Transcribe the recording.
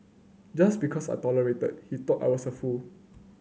just because I tolerated he thought I was a fool